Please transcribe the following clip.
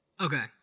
Okay